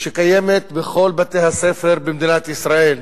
שתהיה קיימת בכל בתי-הספר במדינת ישראל.